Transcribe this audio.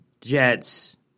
jets